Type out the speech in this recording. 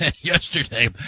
Yesterday